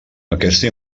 aquesta